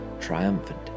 triumphant